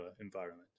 environment